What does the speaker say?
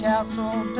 castle